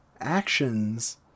actions